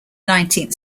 nineteenth